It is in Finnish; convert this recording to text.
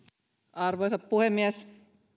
arvoisa puhemies